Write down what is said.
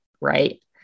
Right